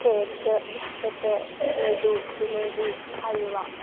cake biscuit laddu jalebi halwa